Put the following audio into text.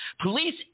Police